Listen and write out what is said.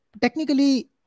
Technically